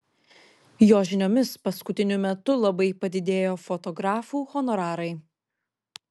jo žiniomis paskutiniu metu labai padidėjo fotografų honorarai